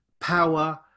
Power